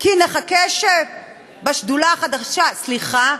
כי נחכה שבשדולה החדשה, סליחה,